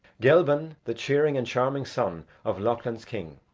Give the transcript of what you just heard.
gelban, the cheering and charming son of lochlin's king,